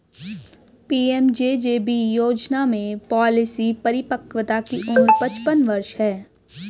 PMJJB योजना में policy परिपक्वता की उम्र पचपन वर्ष है